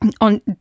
on